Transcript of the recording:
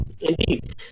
Indeed